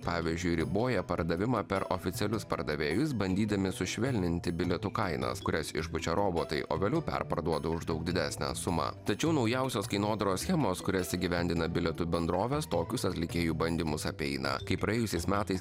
pavyzdžiui riboja pardavimą per oficialius pardavėjus bandydami sušvelninti bilietų kainas kurias išpučia robotai o vėliau perparduoda už daug didesnę sumą tačiau naujausios kainodaros schemos kurias įgyvendina bilietų bendrovės tokius atlikėjų bandymus apeina kai praėjusiais metais